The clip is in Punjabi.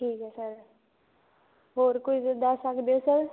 ਠੀਕ ਹੈ ਸਰ ਹੋਰ ਕੋਈ ਦੱਸ ਸਕਦੇ ਸਰ